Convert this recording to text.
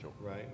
right